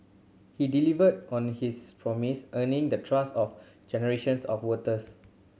he delivered on his promise earning the trust of generations of voters